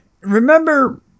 remember